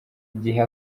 igihe